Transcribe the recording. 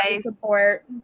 support